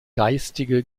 geistige